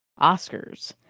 oscars